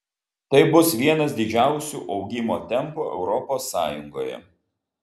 tai bus vienas didžiausių augimo tempų europos sąjungoje